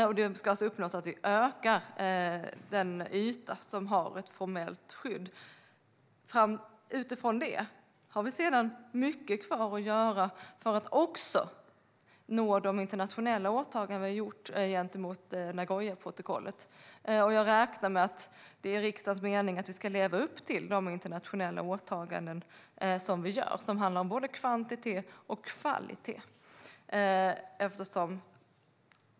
Målet som ska uppnås är alltså att vi ökar den yta som har ett formellt skydd. Utifrån det har vi sedan mycket kvar att göra för att också nå de internationella åtaganden som vi har gjort i och med Nagoyaprotokollet. Jag räknar med att det är riksdagens mening att vi ska leva upp till de internationella åtaganden som vi har och som handlar om både kvantitet och kvalitet.